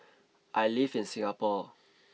I live in Singapore